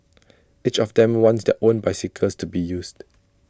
each of them wants their own bicycles to be used